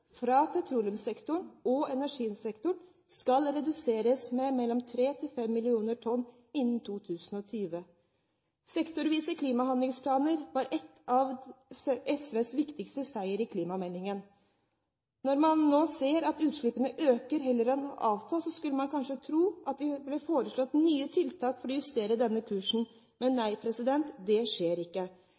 fra petroleumssektoren og energisektoren skal reduseres med 3–5 mill. tonn innen 2020. Sektorvise klimahandlingsplaner var en av SVs viktigste seire i klimameldingen. Når man nå ser at utslippene øker heller enn å avta, skulle man kanskje tro at det ble foreslått nye tiltak for å justere denne kursen. Men nei, det skjer ikke.